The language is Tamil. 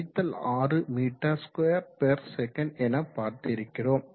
10 6 மீட்டர் ஸ்கொயர் பெர் செகண்ட் என பார்த்திருக்கிறோம்